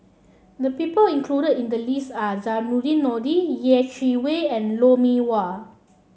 the people included in the list are Zainudin Nordin Yeh Chi Wei and Lou Mee Wah